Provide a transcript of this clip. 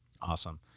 Awesome